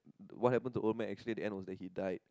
what happen to old man actually at the end was that he died